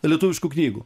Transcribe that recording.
lietuviškų knygų